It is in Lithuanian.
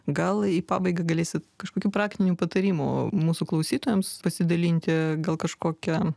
gal į pabaigą galėsit kažkokių praktinių patarimų mūsų klausytojams pasidalinti gal kažkokią